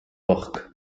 barque